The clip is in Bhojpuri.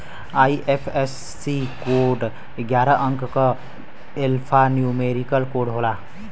आई.एफ.एस.सी कोड ग्यारह अंक क एल्फान्यूमेरिक कोड होला